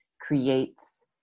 creates